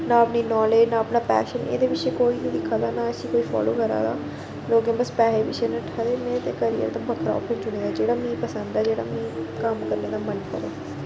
ना अपनी नालेज ना अपना पैशन एह्दे पिच्छै कोई नी दिक्खा दा ना इसी कोई फालो करा दा लोकें बस पैहे् पिच्छै नट्ठै दे में ते करियै इक बक्खरा आप्शन चुनियै जेह्ड़े बी पसंद ऐ जेह्ड़ा मि कम्म दा करने दा मन करै